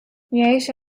يعيش